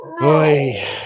Boy